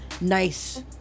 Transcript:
nice